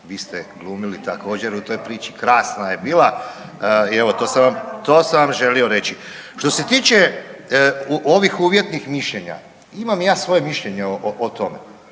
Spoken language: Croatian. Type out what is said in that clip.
vi ste glumili također, u toj priči, krasna je bila i evo, to sam vam .../Upadica se ne čuje./... to sam želio reći. Što se tiče ovih uvjetnih mišljenja, imam i ja svoje mišljenje o tome,